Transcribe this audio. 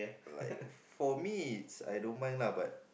like for me it's I don't mind lah but